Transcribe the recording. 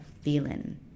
feeling